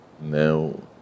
now